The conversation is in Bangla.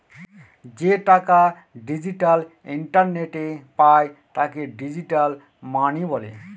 যে টাকা ডিজিটাল ইন্টারনেটে পায় তাকে ডিজিটাল মানি বলে